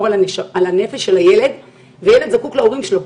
על הנפש של הילד וילד זקוק להורים שלו.